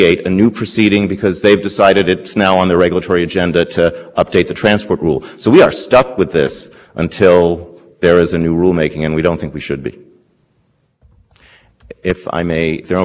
are based on reasonable cost thresholds and require emission reductions that are no more than necessary to address the down when air quality problems that the agency was aiming to fix